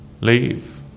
leave